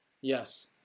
Yes